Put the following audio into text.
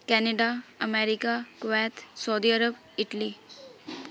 Canada America Kuwait Saudi Arabia Italy